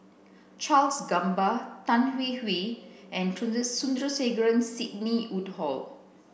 Charles Gamba Tan Hwee Hwee and Sandrasegaran Sidney Woodhull